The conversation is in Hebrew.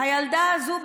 הילדה הזאת,